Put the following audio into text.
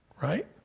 Right